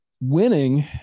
winning